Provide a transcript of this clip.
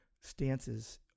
stances